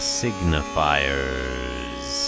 signifiers